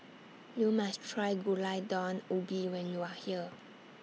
YOU must Try Gulai Daun Ubi when YOU Are here